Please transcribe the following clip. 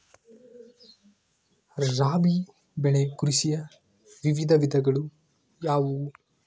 ರಾಬಿ ಬೆಳೆ ಕೃಷಿಯ ವಿವಿಧ ವಿಧಗಳು ಯಾವುವು?